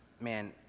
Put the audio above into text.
man